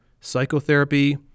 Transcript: psychotherapy